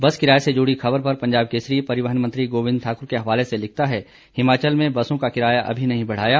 बस किराये से जुड़ी खबर पर पंजाब केसरी परिवहन मंत्री गोबिंद ठाकुर के हवाले से लिखता है हिमाचल में बसों का किराया अभी नहीं बढ़ाया